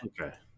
Okay